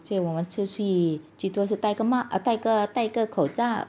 现在我们出去最多是带个 mask 戴个口罩